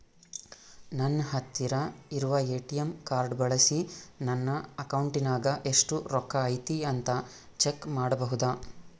ನನ್ನ ಹತ್ತಿರ ಇರುವ ಎ.ಟಿ.ಎಂ ಕಾರ್ಡ್ ಬಳಿಸಿ ನನ್ನ ಅಕೌಂಟಿನಾಗ ಎಷ್ಟು ರೊಕ್ಕ ಐತಿ ಅಂತಾ ಚೆಕ್ ಮಾಡಬಹುದಾ?